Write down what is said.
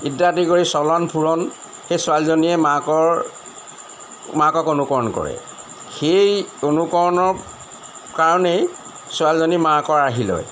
ইত্যাদি কৰি চলন ফুৰণ সেই ছোৱালীজনীয়ে মাকৰ মাকক অনুকৰণ কৰে সেই অনুকৰণৰ কাৰণেই ছোৱালীজনী মাকৰ আৰ্হি লয়